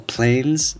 Planes